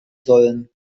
sollen